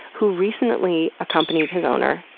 who recently accompanied his owner,